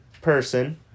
person